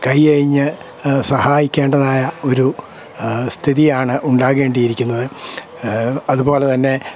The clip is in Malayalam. കയ്യഴഞ്ഞു സഹായിക്കേണ്ടതായ ഒരു സ്ഥിതിയാണ് ഉണ്ടാകേണ്ടിയിരിക്കുന്നത് അതുപോലെ തന്നെ